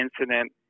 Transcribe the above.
incident